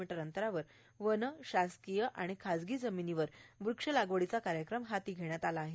मी अंतरावर वन शासकीय व खाजगी जमिनीवर वृक्षलागवडीचा कार्यक्रम हाती घेण्यात आला आहे